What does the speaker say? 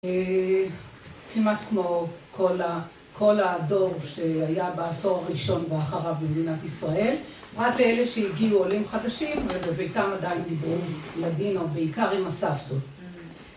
כמעט כמו כל הדור שהיה בעשור הראשון ואחריו במדינת ישראל, עד לאלה שהגיעו עולים חדשים ובביתם עדיין נגרום לדין, או בעיקר עם הסבתות.